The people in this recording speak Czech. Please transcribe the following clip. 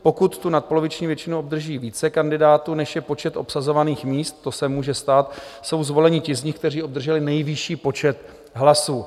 Pokud tu nadpoloviční většinu obdrží více kandidátů než je počet obsazovaných míst to se může stát jsou zvoleni ti z nich, kteří obdrželi nejvyšší počet hlasů.